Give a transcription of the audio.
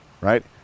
right